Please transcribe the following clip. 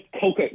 Coke